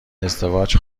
ازدواج